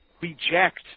reject